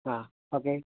ആ ഓക്കേ